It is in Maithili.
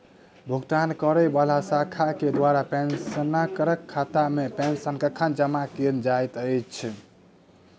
भुगतान करै वला शाखा केँ द्वारा पेंशनरक खातामे पेंशन कखन जमा कैल जाइत अछि